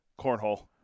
cornhole